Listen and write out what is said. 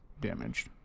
damaged